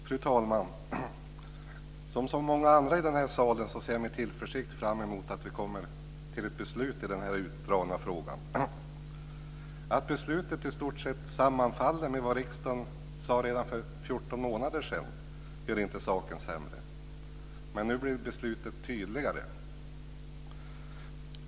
Fru talman! Som så många andra i den här salen ser jag med tillförsikt fram emot att vi kommer till ett beslut i den här utdragna frågan. Att beslutet i stort sett sammanfaller med vad riksdagen sade redan för 14 månader sedan gör inte saken sämre. Men nu blir beslutet tydligare.